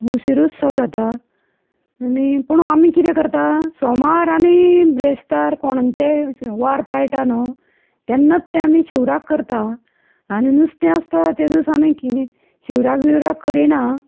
उशिरूचसो जाता आनी पूण आमी कितें करता सोमार आनी बिरेस्तार कोणांचेय वार पायटा न्हू तेन्नात तें आमी शिवराक करता आनी नुस्तें आसता ते दीस आमी शिवराक बिवराक करिना